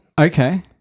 Okay